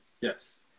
Yes